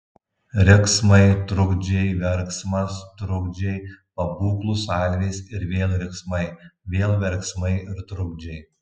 riksmai trukdžiai verksmas trukdžiai pabūklų salvės ir vėl riksmai vėl verksmai ir trukdžiai